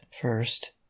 first